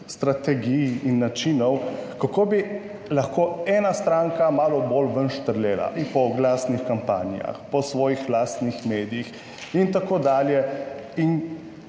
strategij in načinov, kako bi lahko ena stranka malo bolj ven štrlela po oglasnih kampanjah po svojih lastnih medijih in tako dalje